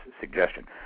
suggestion